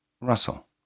Russell